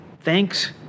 Thanks